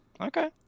okay